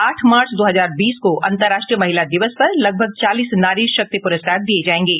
आठ मार्च दो हजार बीस को अंतर्राष्ट्रीय महिला दिवस पर लगभग चालीस नारी शक्ति प्रस्कार प्रदान किए जाएंगे